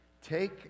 Take